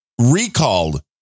recalled